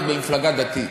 את במפלגה דתית.